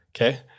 Okay